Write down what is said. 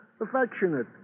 Affectionate